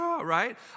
Right